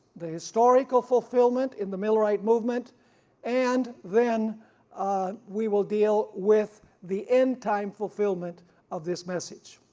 the historical fulfillment in the millerite movement and then we will deal with the end time fulfillment of this message.